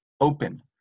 open